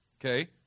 Okay